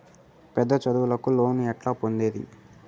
పెద్ద చదువులకు లోను ఎట్లా పొందొచ్చు